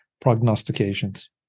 prognostications